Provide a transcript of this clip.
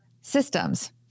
systems